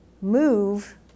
move